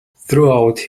throughout